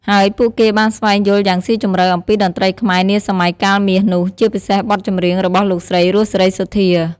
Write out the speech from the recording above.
ហើយពួកគេបានស្វែងយល់យ៉ាងស៊ីជម្រៅអំពីតន្ត្រីខ្មែរនាសម័យកាលមាសនោះ ជាពិសេសបទចម្រៀងរបស់លោកស្រី រស់ សេរីសុទ្ធា។